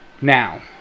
Now